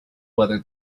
whether